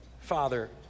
Father